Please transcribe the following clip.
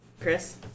Chris